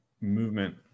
movement